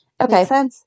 Okay